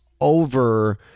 over